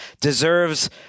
deserves